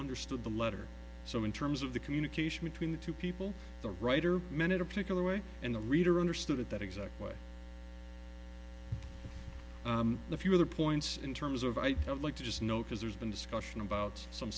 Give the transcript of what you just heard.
understood the letter so in terms of the communication between the two people the writer meant it a particular way and the reader understood at that exact way the few other points in terms of i felt like to just know because there's been discussion about some